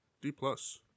D-plus